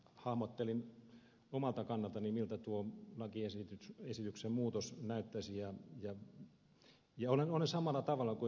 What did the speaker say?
hahmottelin omalta kannaltani miltä tuo lakiesityksen muutos näyttäisi ja olen samalla tavalla kuin ed